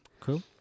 Cool